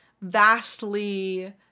vastly